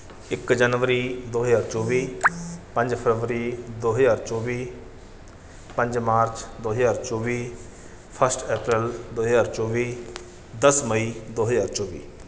ਇਕ ਜਨਵਰੀ ਦੋ ਹਜ਼ਾਰ ਚੌਵੀ ਪੰਜ ਫਰਵਰੀ ਦੋ ਹਜ਼ਾਰ ਚੌਵੀ ਪੰਜ ਮਾਰਚ ਦੋ ਹਜ਼ਾਰ ਚੌਵੀ ਫਸਟ ਅਪ੍ਰੈਲ ਦੋ ਹਜ਼ਾਰ ਚੌਵੀ ਦਸ ਮਈ ਦੋ ਹਜ਼ਾਰ ਚੌਵੀ